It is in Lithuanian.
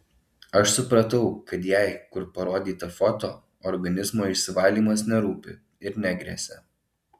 aš supratau kad jai kur parodyta foto organizmo išsivalymas nerūpi ir negresia